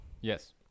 Yes